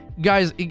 guys